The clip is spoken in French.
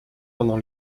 pendant